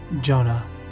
Jonah